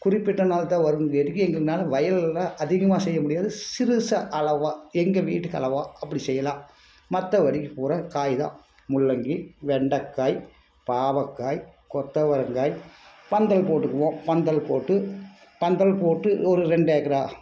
குறிப்பிட்ட நாள் தான் வருங்காட்டிக்கு எங்கள்னால் வயல்லாம் அதிகமாக செய்ய முடியாது சிறுசாக அளவாக எங்கள் வீட்டுக்கு அளவாக அப்படி செய்யலாம் மற்றபடி பூராக காய் தான் முள்ளங்கி வெண்டைக்காய் பாவற்காய் கொத்தவரங்காய் பந்தல் போட்டுக்குவோம் பந்தல் போட்டு பந்தல் போட்டு ஒரு ரெண்டு ஏக்கரா